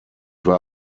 war